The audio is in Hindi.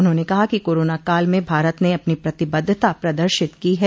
उन्होंने कहा कि कोरोना काल में भारत ने अपनी प्रतिबद्धता प्रदर्शित की है